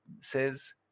Says